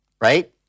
right